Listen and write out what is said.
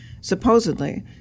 supposedly